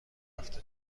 رفته